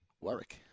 Warwick